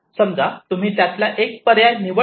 समजा तुम्ही एक पर्याय निवडला